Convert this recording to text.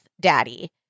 daddy